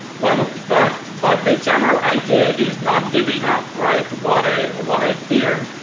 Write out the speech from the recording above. but so but but the general idea is not giving up, right? what i what i hear.